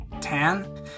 ten